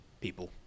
people